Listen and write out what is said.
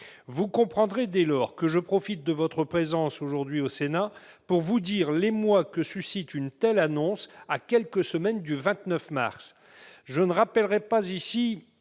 Vous comprendrez dès lors que je profite de votre présence aujourd'hui au Sénat pour vous dire l'émoi que suscite une telle annonce, à quelques semaines du 29 mars. Je ne rappellerai pas ici